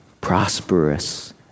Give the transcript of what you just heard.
prosperous